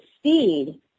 speed